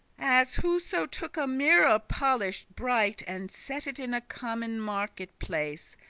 as whoso took a mirror polish'd bright, and set it in a common market-place,